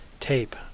tape